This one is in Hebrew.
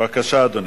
בבקשה, אדוני.